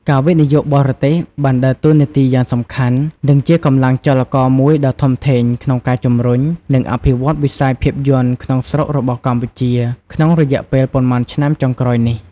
ការវិនិយោគបរទេសបានដើរតួនាទីយ៉ាងសំខាន់ និងជាកម្លាំងចលករមួយដ៏ធំធេងក្នុងការជំរុញ និងអភិវឌ្ឍវិស័យភាពយន្តក្នុងស្រុករបស់កម្ពុជាក្នុងរយៈពេលប៉ុន្មានឆ្នាំចុងក្រោយនេះ។